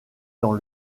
dans